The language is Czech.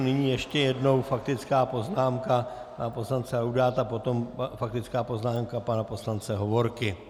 Nyní ještě jednou faktická poznámka pana poslance Laudáta, potom faktická poznámka pana poslance Hovorky.